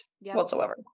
whatsoever